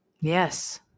yes